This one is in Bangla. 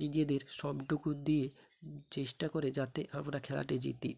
নিজেদের সবটুকু দিয়ে চেষ্টা করে যাতে আমরা খেলাটি জিতি